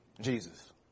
Jesus